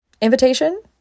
invitation